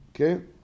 Okay